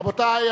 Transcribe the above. רבותי,